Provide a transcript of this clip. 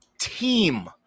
team